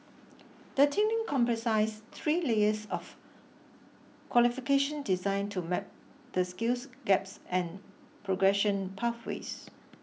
the training comprises three layers of qualifications designed to map the skills gaps and progression pathways